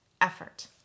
effort